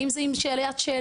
האם זה עם שאלת שאלות?